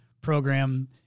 program